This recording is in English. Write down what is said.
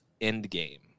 endgame